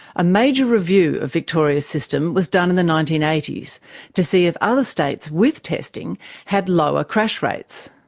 a major review of victoria's system was done in the nineteen eighty s to see if other states with testing had lower crash rates.